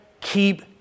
keep